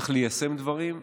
צריך ליישם דברים,